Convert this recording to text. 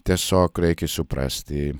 tiesiog reikia suprasti